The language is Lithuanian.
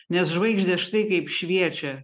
nes žvaigždės štai kaip šviečia